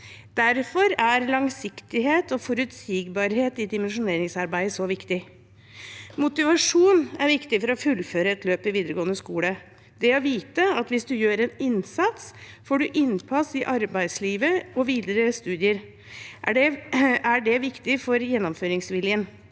Derfor er langsiktighet og forutsigbarhet i dimensjoneringsarbeidet så viktig. Motivasjon er viktig for å fullføre et løp i videregående skole. Det å vite at hvis du gjør en innsats, får du innpass i arbeidslivet og videre studier, er viktig for gjennomføringsviljen.